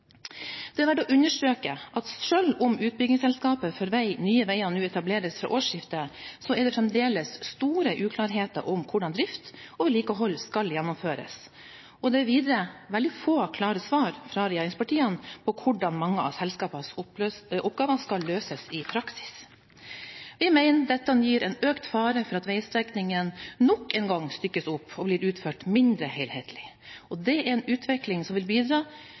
Det er verdt å understreke at selv om utbyggingsselskapet for vei, Nye Veier, nå etableres fra årsskiftet, er det fremdeles store uklarheter om hvordan drift og vedlikehold skal gjennomføres, og det er videre veldig få klare svar fra regjeringspartiene på hvordan mange av selskapets oppgaver skal løses i praksis. Vi mener dette gir en økt fare for at veistrekningene nok en gang stykkes opp og blir utført mindre helhetlig. Det er en utvikling som vil bidra